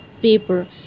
paper